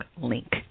link